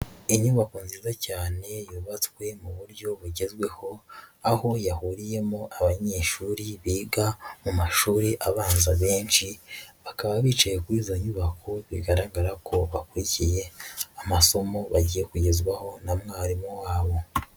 Inyubako nziza cyane yubatswe mu buryo bugezweho, aho yahuriyemo abanyeshuri biga mu mashuri abanza benshi bakaba bicaye kuri izo nyubako bigaragara ko bakurikiye amasomo bagiye kugezwaho na mwarimu wabo.